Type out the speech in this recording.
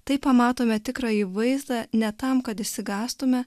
tai pamatome tikrąjį vaizdą ne tam kad išsigąstume